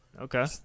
Okay